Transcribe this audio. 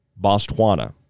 Botswana